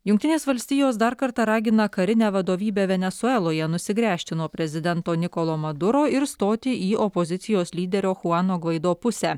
jungtinės valstijos dar kartą ragina karinę vadovybę venesueloje nusigręžti nuo prezidento nikolo maduro ir stoti į opozicijos lyderio chuano gvaido pusę